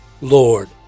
Lord